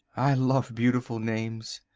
i love beautiful names.